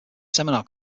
seminar